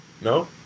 No